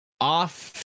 Off